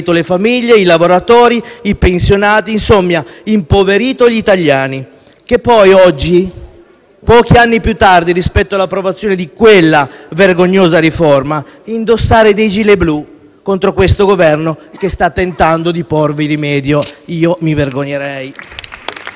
le famiglie, i lavoratori, i pensionati e quindi gli italiani. Per poi, oggi, pochi anni più tardi rispetto all'approvazione di quella vergognosa riforma, indossare i *gilet* blu contro questo Governo che sta tentando di porvi rimedio. Io mi vergognerei.